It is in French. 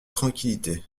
tranquillité